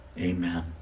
Amen